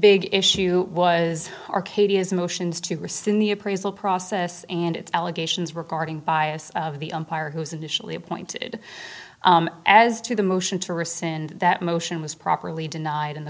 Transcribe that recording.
big issue was arcadia's motions to rescind the appraisal process and its allegations regarding bias of the umpire who was initially appointed as to the motion to rescind that motion was properly denied and the